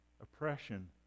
oppression